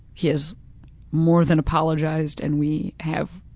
he's more than apologized and we have